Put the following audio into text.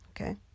Okay